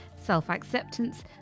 self-acceptance